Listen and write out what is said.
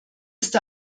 ist